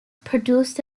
produced